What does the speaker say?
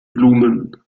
blumen